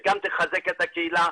שגם תחזק את הקהילה,